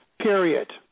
period